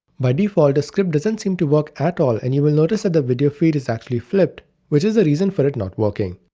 by default, the script doesn't seem to work at all and you will notice that the video feed is actually flipped which is the reason for it not working.